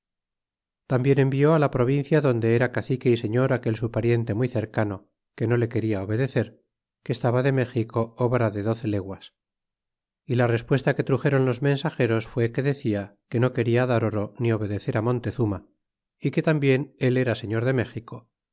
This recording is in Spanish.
tambien envió á la provincia donde era cacique y señor aquel su pariente muy cercano que no le quena obedecer que estaba de méxico obra de doce leguas y la respuesta que truxeron los mensageros fué que decía que no quena dar oro ni obedecer al molí tezuma y que tambien el era señor de méxico